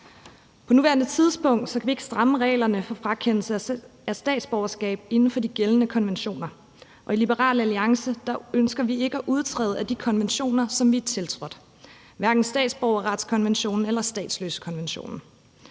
På nuværende tidspunkt kan vi ikke stramme reglerne for frakendelse af statsborgerskab inden for rammer af de gældende konventioner, og i Liberal Alliance ønsker vi ikke at udtræde af de konventioner, vi har tiltrådt, hverken statsborgerretskonventionen eller statsløsekonventionen.